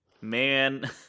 Man